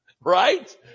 Right